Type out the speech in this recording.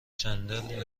چندلر